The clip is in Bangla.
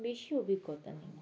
বেশি অভিজ্ঞতা নেই